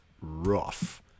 rough